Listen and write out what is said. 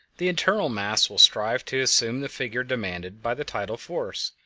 the internal mass will strive to assume the figure demanded by the tidal force,